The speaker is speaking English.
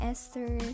Esther